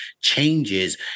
changes